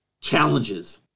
challenges